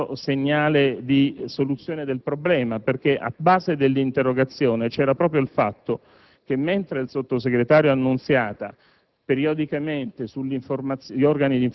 dia qualche concreto segnale di soluzione del problema perché alla base dell'interrogazione c'era proprio il fatto che, mentre il sottosegretario Annunziata,